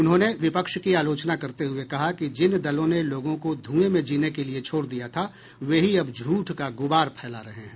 उन्होंने विपक्ष की आलोचना करते हुए कहा कि जिन दलों ने लोगों को धुएं में जीने के लिए छोड़ दिया था वे ही अब झूठ का गुबार फैला रहे हैं